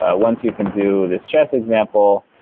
ah once you can do this chess example,